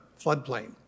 floodplain